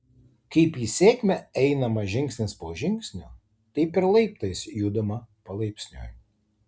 kaip į sėkmę einama žingsnis po žingsnio taip ir laiptais judama palaipsniui